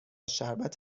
شربت